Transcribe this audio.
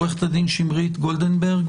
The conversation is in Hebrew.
עורכת הדין שמרית גולדנברג,